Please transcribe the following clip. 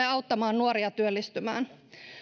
auttamaan nuoria työllistymään